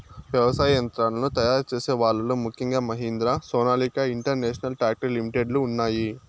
వ్యవసాయ యంత్రాలను తయారు చేసే వాళ్ళ లో ముఖ్యంగా Mahindra, Sonalika international tractor limited లు ఉన్నాయి